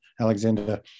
Alexander